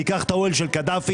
ניקח את האוהל של קדאפי,